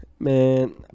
Man